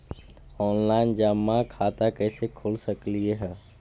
Online जमा खाता कैसे खोल सक हिय?